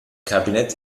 cabinet